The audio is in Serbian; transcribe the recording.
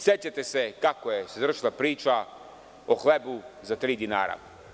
Sećate se kako se završila priča o hlebu za tri dinara.